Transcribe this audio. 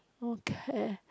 okay